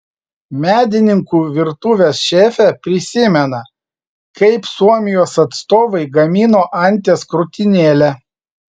medininkų virtuvės šefė prisimena kaip suomijos atstovai gamino anties krūtinėlę